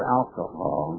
alcohol